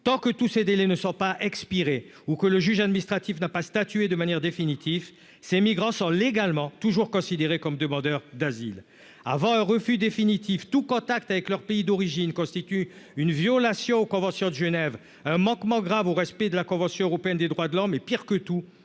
Tant que tous ces délais ne sont pas expirés ou que le juge administratif n'a pas statué de manière définitive, ces migrants sont légalement toujours considérés comme demandeurs d'asile. Avant un refus définitif, tout contact avec leurs pays d'origine constitue une violation des conventions de Genève, un manquement grave au respect de la Convention européenne des droits de l'homme et, pis que tout,